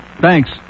Thanks